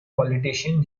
politician